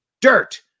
dirt